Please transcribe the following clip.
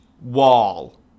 Wall